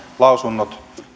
lausunnot